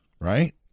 right